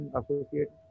associate